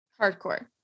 Hardcore